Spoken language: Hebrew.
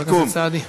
חבר הכנסת סעדי.